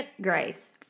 grace